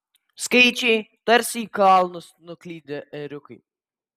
skaičiai tarsi į kalnus nuklydę ėriukai